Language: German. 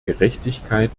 gerechtigkeit